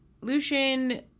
Lucian